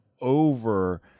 over